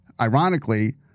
Ironically